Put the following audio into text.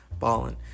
Ballin